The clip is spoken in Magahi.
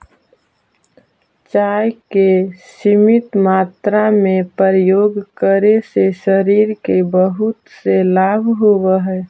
चाय के सीमित मात्रा में प्रयोग करे से शरीर के बहुत से लाभ होवऽ हइ